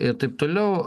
ir taip toliau